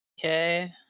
Okay